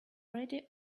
ready